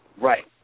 Right